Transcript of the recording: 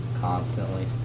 constantly